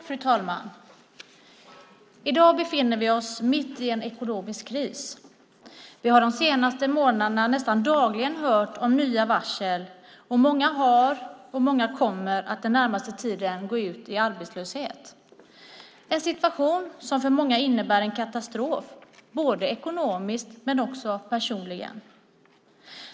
Fru talman! I dag befinner vi oss mitt i en ekonomisk kris. Vi har de senaste månaderna nästan dagligen hört om nya varsel. Många har gått och många kommer den närmaste tiden att gå ut i arbetslöshet. Det är en situation som för många innebär en katastrof, både ekonomiskt och personligt.